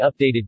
updated